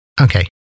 Okay